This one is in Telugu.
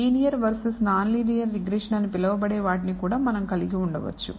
linear versus non linear regression అని పిలువబడే వాటిని కూడా మనం కలిగి ఉండవచ్చు